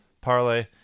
parlay